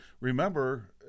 remember